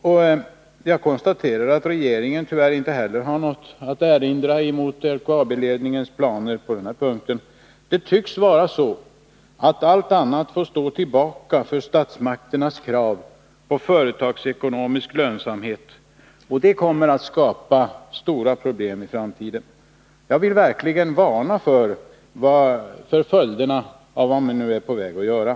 Och jag konstaterar att tyvärr inte heller regeringen har något att erinra mot LKAB-ledningens planer på den här punkten. Det tycks vara så, att allt annat får stå tillbaka för statsmakternas krav på företagsekonomisk lönsamhet, och det kommer att skapa stora problem i framtiden. Jag vill verkligen varna för följderna av vad man nu är på väg att göra.